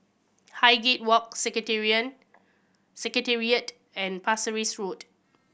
Highgate Walk Secretariat and Pasir Ris Road